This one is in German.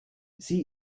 sie